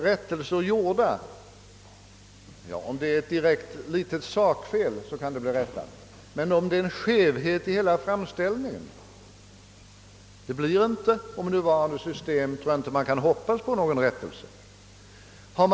Om det är fråga om ett direkt litet sakfel, blir detta emellanåt rättat, men om det har varit en skevhet i hela framställningen kan man med nuvarande system inte hoppas på tillrättaläggande.